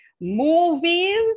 movies